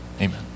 Amen